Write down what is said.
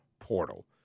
portal